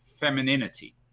femininity